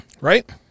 Right